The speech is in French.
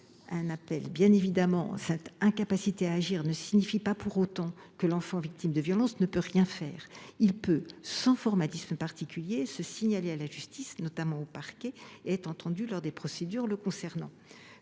appel. Évidemment, cette incapacité à agir ne signifie pas pour autant que l’enfant victime de violences ne peut rien faire. Il peut, sans formalisme particulier, se signaler à la justice, notamment au parquet, et être entendu dans le cadre des procédures le concernant.